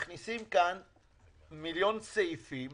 מכניסים כאן מיליון סעיפים.